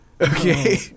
Okay